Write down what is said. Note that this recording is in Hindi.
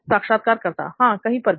साक्षात्कारकर्ता हां कहीं पर भी